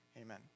Amen